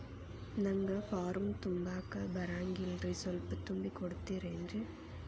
ನಂಗ ಫಾರಂ ತುಂಬಾಕ ಬರಂಗಿಲ್ರಿ ಸ್ವಲ್ಪ ತುಂಬಿ ಕೊಡ್ತಿರೇನ್ರಿ?